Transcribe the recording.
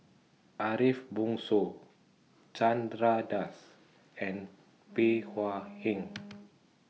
Ariff Bongso Chandra Das and Bey Hua Heng